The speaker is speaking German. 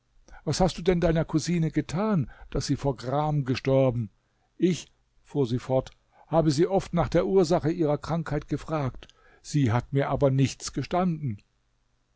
was hast du denn deiner cousine getan daß sie vor gram gestorben ich fuhr sie fort habe sie oft nach der ursache ihrer krankheit gefragt sie hat mir aber nichts gestanden